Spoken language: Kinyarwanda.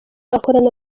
akorana